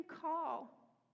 call